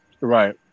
Right